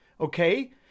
okay